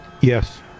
Yes